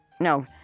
No